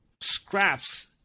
scraps